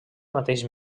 mateix